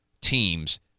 teams